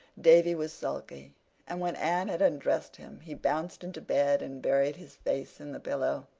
davy was sulky and when anne had undressed him he bounced into bed and buried his face in the pillow.